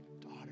daughter